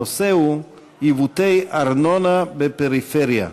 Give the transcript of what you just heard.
הנושא הוא: עיוותי ארנונה בפריפריה.